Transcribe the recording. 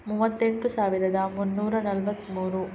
ಮೂವತ್ತೆಂಟು ಸಾವಿರದ ಮುನ್ನೂರ ನಲವತ್ಮೂರು